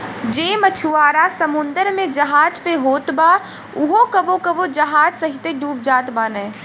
जे मछुआरा समुंदर में जहाज पे होत बा उहो कबो कबो जहाज सहिते डूब जात बाने